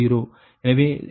எனவே இது 0 1